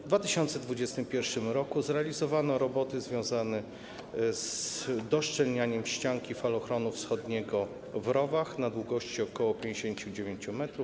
W 2021 r. zrealizowano roboty związane z doszczelnianiem ścianki falochronu wschodniego w Rowach na długości ok. 59 m.